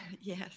yes